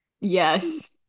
Yes